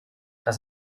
das